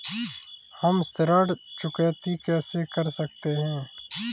हम ऋण चुकौती कैसे कर सकते हैं?